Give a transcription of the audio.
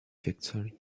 victory